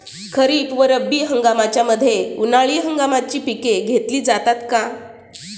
खरीप व रब्बी हंगामाच्या मध्ये उन्हाळी हंगामाची पिके घेतली जातात का?